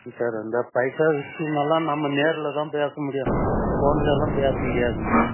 ம் சார் அந்த பைசா விஷயமெல்லாம் நம்ம நேர்ல தான் பேசமுடியும் ஃபோன்லல்லாம் பேச முடியாதுங்க